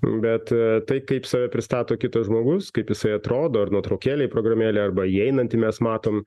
bet tai kaip save pristato kitas žmogus kaip jisai atrodo ar nuotraukėlėj programėlėj arba įeinantį mes matom